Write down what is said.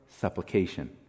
supplication